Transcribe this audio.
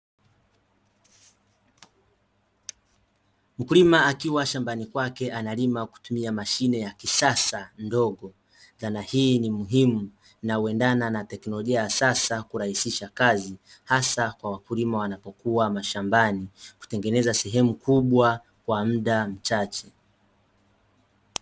Mkulima akiwa shambani kwake analima kwa kutumia mashine ya kisasa ndogo, zana hii ni muhimu na huendana na teknolojia ya sasa kurahisisha kazi hasa kwa wakulima wanapokuwa mashambani kutengeneza sehemu kubwa kwa muda mchache.